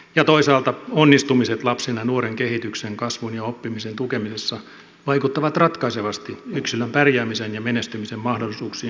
ja toisaalta onnistumiset lapsen ja nuoren kehityksen kasvun ja oppimisen tukemisessa vaikuttavat ratkaisevasti yksilön pärjäämiseen ja menestymisen mahdollisuuksiin koko elämän aikana